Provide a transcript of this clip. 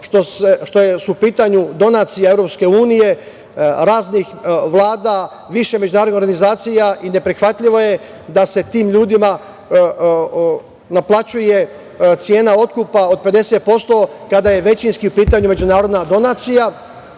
što su u pitanju donacije EU, raznih vlada, više međunarodnih organizacija i neprihvatljivo je da se tim ljudima naplaćuje cena otkupa od 50% kada je većinski u pitanju međunarodna donacija,